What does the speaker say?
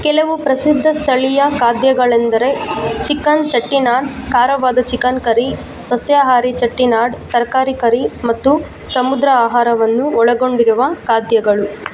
ಕೆಲವು ಪ್ರಸಿದ್ಧ ಸ್ಥಳೀಯ ಖಾದ್ಯಗಳೆಂದರೆ ಚಿಕನ್ ಚೆಟ್ಟಿನಾಡ್ ಖಾರವಾದ ಚಿಕನ್ ಕರಿ ಸಸ್ಯಾಹಾರಿ ಚೆಟ್ಟಿನಾಡ್ ತರಕಾರಿ ಕರಿ ಮತ್ತು ಸಮುದ್ರ ಆಹಾರವನ್ನು ಒಳಗೊಂಡಿರುವ ಖಾದ್ಯಗಳು